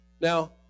now